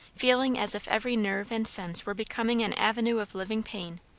feeling as if every nerve and sense were become an avenue of living pain,